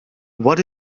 what